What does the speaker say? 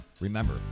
Remember